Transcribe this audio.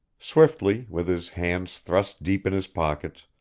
swiftly, with his hands thrust deep in his pockets,